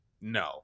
No